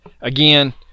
again